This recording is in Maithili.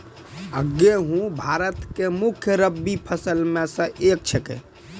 गेहूँ भारत के मुख्य रब्बी फसल मॅ स एक छेकै